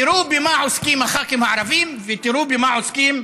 תראו במה עוסקים הח"כים הערבים ותראו במה עוסקים